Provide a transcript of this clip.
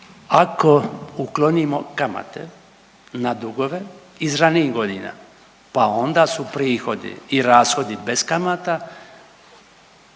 ako uklonimo kamate na dugove iz ranijih godina pa onda su prihodi i rashodi bez kamata